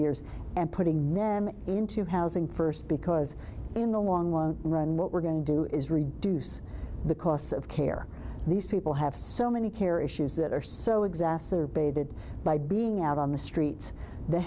years and putting them into housing first because in the long run what we're going to do is reduce the costs of care these people have so many care issues that are so exacerbated by being out on the streets the